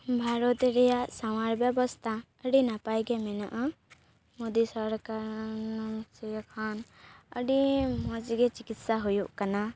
ᱵᱷᱟᱨᱚᱛ ᱨᱮᱭᱟᱜ ᱥᱟᱶᱟᱨ ᱵᱮᱵᱚᱥᱛᱟ ᱟᱹᱰᱤ ᱱᱟᱯᱟᱭ ᱜᱮ ᱢᱮᱱᱟᱜᱼᱟ ᱢᱩᱫᱤ ᱥᱚᱨᱠᱟᱨ ᱢᱮᱱ ᱚᱪᱚᱭᱮᱠᱟᱱ ᱟᱹᱰᱤ ᱢᱚᱡᱽ ᱜᱮ ᱪᱤᱠᱤᱥᱥᱟ ᱦᱩᱭᱩᱜ ᱠᱟᱱᱟ